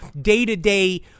day-to-day